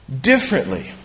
differently